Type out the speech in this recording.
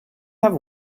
have